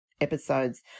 episodes